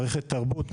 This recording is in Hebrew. מערכת תרבות,